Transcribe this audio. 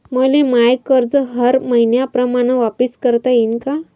मले माय कर्ज हर मईन्याप्रमाणं वापिस करता येईन का?